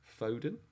Foden